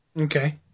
Okay